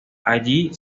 allí